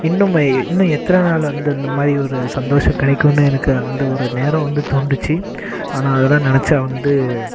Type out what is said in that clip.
இன்னும் ஏ இன்னும் எத்தனை நாள் வந்து இந்த மாதிரி ஒரு சந்தோசம் கிடைக்குன்னு எனக்கு அந்த ஒரு நேரம் வந்து தோன்றுச்சு ஆனால் அதெலாம் நினச்சா வந்து